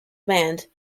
band